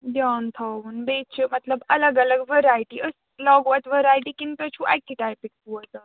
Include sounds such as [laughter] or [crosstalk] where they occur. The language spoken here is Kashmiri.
دھیٛان تھاوُن بیٚیہِ چھِ مطلب الگ الگ ویٚرایٹی أسۍ لاگو اَتھ ویٚرایٹی کِنہٕ تۄہہِ چھُو اَکیٚے ٹایپٕکۍ پوش [unintelligible]